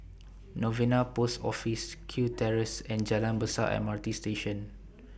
Novena Post Office Kew Terrace and Jalan Besar M R T Station